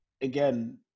again